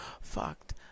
fucked